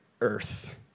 earth